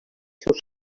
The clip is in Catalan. seus